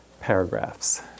paragraphs